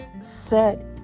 set